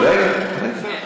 רגע.